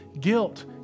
guilt